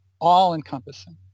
all-encompassing